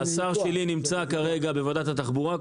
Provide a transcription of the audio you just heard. השר שלי נמצא כרגע בוועדת התחבורה.